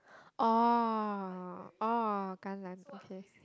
oh oh okay